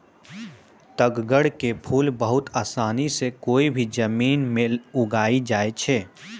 तग्गड़ के फूल बहुत आसानी सॅ कोय भी जमीन मॅ उगी जाय छै